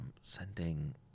sending